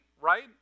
right